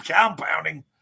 compounding